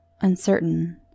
Uncertain